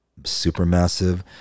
supermassive